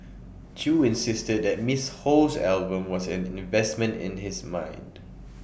chew insisted that miss Ho's album was an investment in his mind